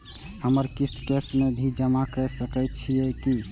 हमर किस्त कैश में भी जमा कैर सकै छीयै की?